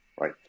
right